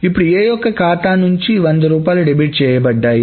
ఇప్పుడు A యొక్క ఖాతా నుంచి 100 రూపాయలు డెబిట్ చేయబడ్డాయి